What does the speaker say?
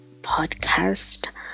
podcast